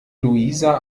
luisa